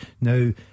Now